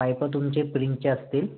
pipe तुमचे प्रिंगचे असतील